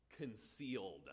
concealed